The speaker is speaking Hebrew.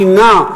טינה,